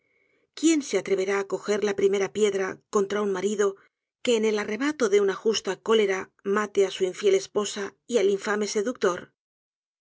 quién se atreverá á coger la primera piedra contra un marido que en el arrebato de una justa cólera mate á su infiel esposa y al infame seductor